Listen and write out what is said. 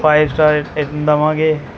five star ਰੇ rating ਦੇਵਾਂਗੇ